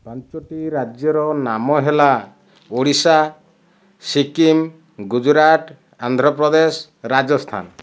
ପାଞ୍ଚୋଟି ରାଜ୍ୟର ନାମ ହେଲା ଓଡ଼ିଶା ସିକିମ ଗୁଜୁରାଟ ଆନ୍ଧ୍ରପ୍ରଦେଶ ରାଜସ୍ଥାନ